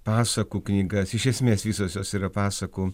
pasakų knygas iš esmės visos jos yra pasakų